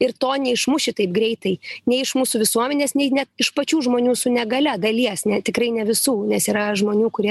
ir to neišmuši taip greitai ne iš mūsų visuomenės nei net iš pačių žmonių su negalia dalies ne tikrai ne visų nes yra žmonių kurie